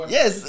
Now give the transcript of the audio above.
Yes